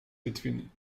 between